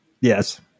Yes